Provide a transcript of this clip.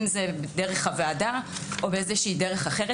אם זה דרך הוועדה או באיזושהי דרך אחרת,